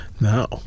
Now